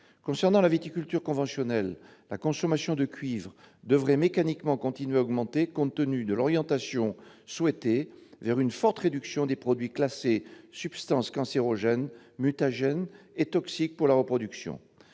Concernant la viticulture conventionnelle, la consommation de cuivre devrait mécaniquement continuer à augmenter compte tenu de l'orientation souhaitée vers une forte réduction des produits classés « substances cancérogènes, mutagènes et toxiques pour la reproduction